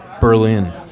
Berlin